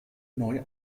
neu